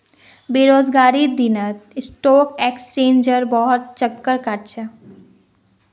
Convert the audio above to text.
बेरोजगारीर दिनत स्टॉक एक्सचेंजेर बहुत चक्कर काट छ